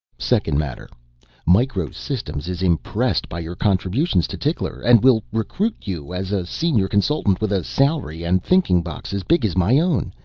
second matter micro systems is impressed by your contributions to tickler and will recruit you as a senior consultant with a salary and thinking box as big as my own,